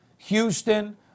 Houston